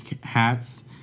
hats